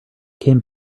came